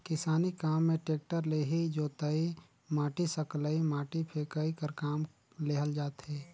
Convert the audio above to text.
किसानी काम मे टेक्टर ले ही जोतई, माटी सकलई, माटी फेकई कर काम लेहल जाथे